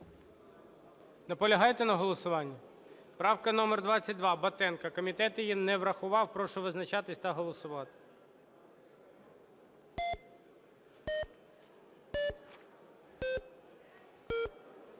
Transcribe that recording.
Наполягаєте на голосуванні? Правка номер 22 Батенка. Комітет її не врахував. Прошу визначатись та голосувати.